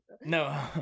No